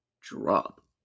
drop